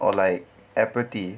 or like apathy